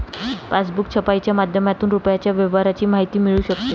passbook छपाईच्या माध्यमातून रुपयाच्या व्यवहाराची माहिती मिळू शकते